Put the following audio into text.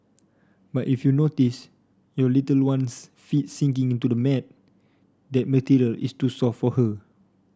but if you notice your little one's feet sinking into the mat that material is too soft for her